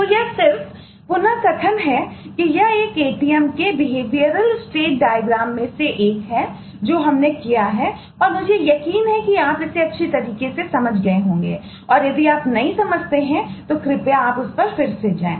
तो यह सिर्फ पुनर्कथन है कि यह एक ATM के बिहेवियरल स्टेट डायग्राम में से एक है जो हमने किया है और मुझे यकीन है कि आप इसे अच्छी तरह से समझ गए हैं और यदि आप नहीं समझे हैं तो कृपया उस पर फिर से जाएं